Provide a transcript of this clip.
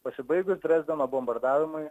pasibaigus drezdeno bombardavimui